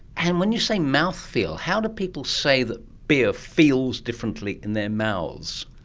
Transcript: and when you say mouthfeel, how do people say that beer feels differently in their mouths?